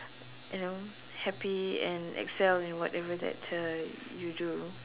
you know happy and excel in whatever that uh you do